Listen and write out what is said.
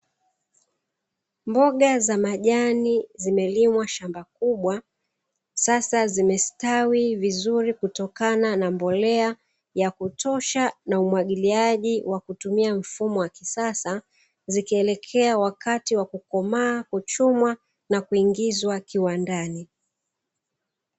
Mboga za majani zimelimwa shamba kubwa sasa zimestawi vizuri kutokana na mbolea ya kutosha na umwagiliaji wa kutumia mfumo wa kisasa, zikielekea wakati wa kukomaa kuchumwa na kuingizwa kiwandani.